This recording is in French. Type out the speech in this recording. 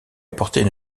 apporter